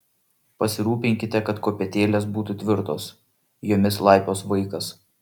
pasirūpinkite kad kopėtėlės būtų tvirtos jomis laipios vaikas